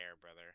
brother